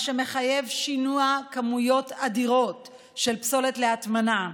מה שמחייב שינוע כמויות אדירות של פסולת להטמנה.